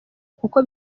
kuko